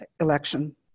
election